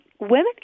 women